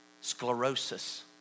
sclerosis